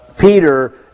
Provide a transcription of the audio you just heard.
Peter